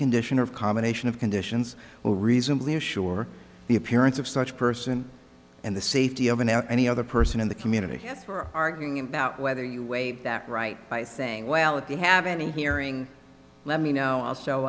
condition of combination of conditions will reasonably assure the appearance of such person and the safety of an any other person in the community arguing about whether you waive that right by saying well if you have any hearing let me know